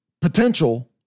potential